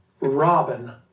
Robin